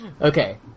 Okay